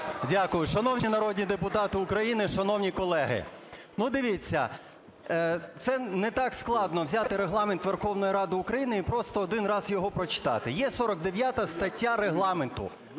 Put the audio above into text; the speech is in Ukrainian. Дякую. Шановні народні депутати України, шановні колеги, дивіться це не так складно - взяти Регламент Верховної Ради України і просто один раз його прочитати. Є 49 стаття Регламенту: